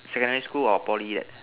secondary school or Poly